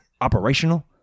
operational